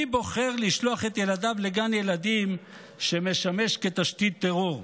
מי בוחר לשלוח את ילדיו לגן ילדים שמשמש כתשתית טרור?